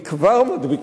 היא כבר מדביקה.